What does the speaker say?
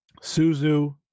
Suzu